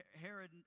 Herod